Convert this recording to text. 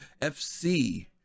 FC